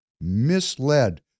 misled